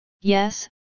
yes